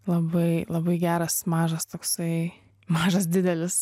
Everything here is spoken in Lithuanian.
labai labai geras mažas toksai mažas didelis